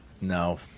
No